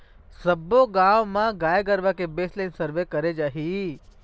सब्बो गाँव म गाय गरुवा के बेसलाइन सर्वे करे जाही